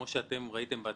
כמו שראיתם בעצמכם,